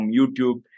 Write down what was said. YouTube